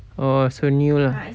oh so new lah